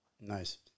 Nice